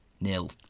nil